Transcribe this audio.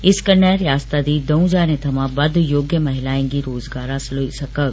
इस कन्नै रियास्ता दी दौ'कं ज्हारें थमां बद्द योग्य महिलाएं गी रोज़गार हासल होई सकग